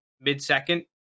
mid-second